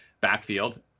backfield